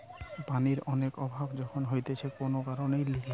পানির অনেক অভাব যখন হতিছে কোন কারণের লিগে